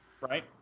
right